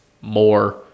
more